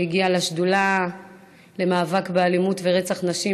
שהגיעה לשדולה למאבק באלימות ורצח נשים